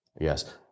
Yes